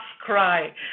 cry